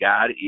God